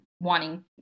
wanting